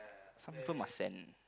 some people must send